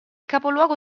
capoluogo